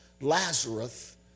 Lazarus